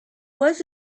was